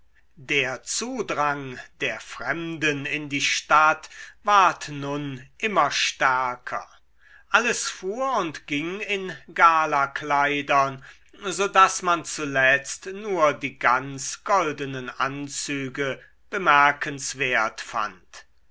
der zudrang der fremden in die stadt ward nun immer stärker alles fuhr und ging in galakleidern so daß man zuletzt nur die ganz goldenen anzüge bemerkenswert fand